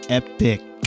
epic